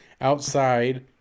outside